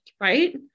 right